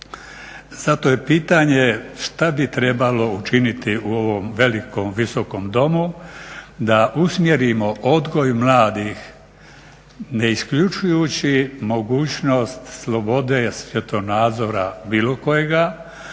Zato je pitanje šta bi trebalo učiniti u ovom velikom visokom domu da usmjerimo odgoj mladih ne isključujući mogućnost slobode svjetonazora bilo kojega,